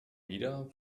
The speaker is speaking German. wieder